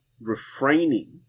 refraining